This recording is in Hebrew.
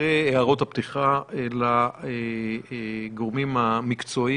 אחרי הערות הפתיחה, לגורמים המקצועיים.